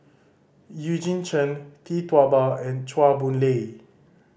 Eugene Chen Tee Tua Ba and Chua Boon Lay